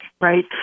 right